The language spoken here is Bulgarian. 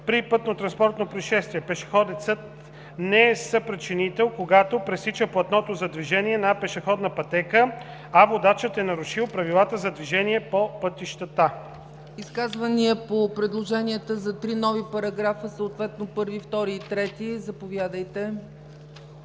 При пътнотранспортно произшествие пешеходецът не е съпричинител, когато пресича платното за движение на пешеходна пътека, а водачът е нарушил правилата за движение по пътищата.“ ПРЕДСЕДАТЕЛ ЦЕЦКА ЦАЧЕВА: Изказвания по предложенията за 3 нови параграфа, съответно 1, 2 и 3? Заповядайте.